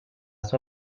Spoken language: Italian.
sua